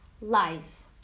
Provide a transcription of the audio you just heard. Lies